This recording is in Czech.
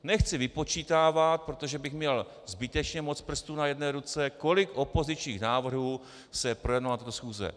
Nechci vypočítávat, protože bych měl zbytečně moc prstů na jedné ruce, kolik opozičních návrhů se projednalo na této schůzi.